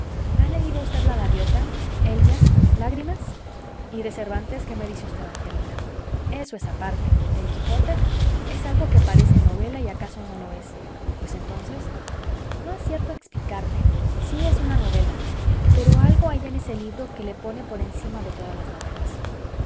ha leído usted la gaviota elia lágrimas y de cervantes qué me dice usted angelina eso es aparte el quijote es algo que parece novela y acaso no lo es pues entonces no acierto a explicarme si es una novela pero algo hay en ese libro que le pone por encima de todas las novelas